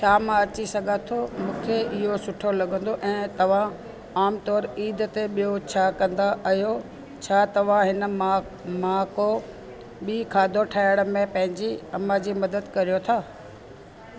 छा मां अची सघां थो मूंखे इहो सुठो लॻंदो ऐं तव्हां आम तौर ईद ते ॿियो छा कंदा आहियो छा तव्हां हिन मां मां को बि खाधो ठाहिण में पंहिंजी अम्मा जी मदद करियो था